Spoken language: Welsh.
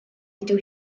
ydyw